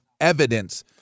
evidence